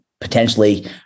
potentially